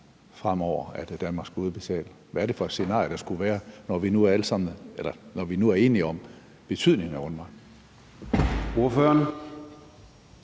forhindre, at Danmark skulle udbetale til UNRWA? Hvad er det for et scenarie, der skulle være, når vi nu er enige om betydningen af UNRWA?